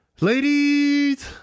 Ladies